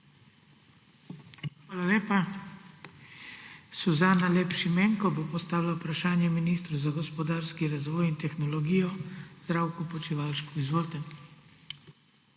Hvala lepa. Suzana Lep Šimenko bo postavila vprašanje ministru za gospodarski razvoj in tehnologijo Zdravku Počivalšku. Izvolite.